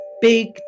big